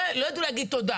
לא ידעו להגיד תודה,